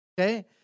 Okay